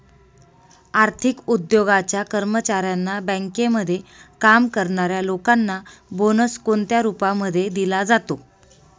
आर्थिक उद्योगाच्या कर्मचाऱ्यांना, बँकेमध्ये काम करणाऱ्या लोकांना बोनस कोणत्या रूपामध्ये दिला जातो?